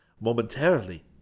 momentarily